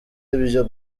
ibyo